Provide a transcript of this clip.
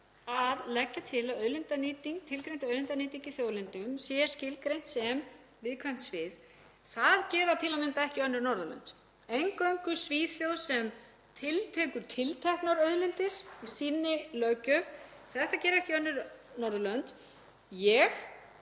að leggja til að tilgreind auðlindanýting í þjóðlendum sé skilgreind sem viðkvæmt svið. Það gera til að mynda ekki önnur Norðurlönd, það er eingöngu Svíþjóð sem tiltekur tilteknar auðlindir í sinni löggjöf. Þetta gera ekki önnur Norðurlönd. Ég